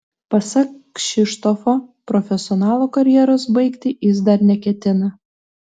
pasak kšištofo profesionalo karjeros baigti jis dar neketina